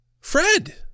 Fred